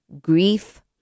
grief